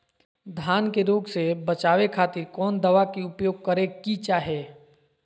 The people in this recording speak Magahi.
धान के रोग से बचावे खातिर कौन दवा के उपयोग करें कि चाहे?